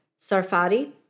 Sarfati